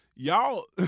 Y'all